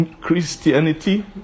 Christianity